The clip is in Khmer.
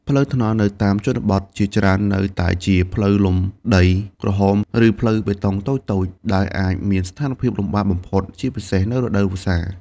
ផ្លូវថ្នល់នៅតាមជនបទជាច្រើននៅតែជាផ្លូវលំដីក្រហម ឬផ្លូវបេតុងតូចៗ ដែលអាចមានស្ថានភាពលំបាកបំផុត ជាពិសេសនៅរដូវវស្សា។